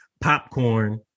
Popcorn